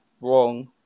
wrong